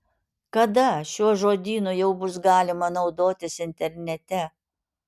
kada šiuo žodynu jau bus galima naudotis internete